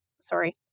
sorry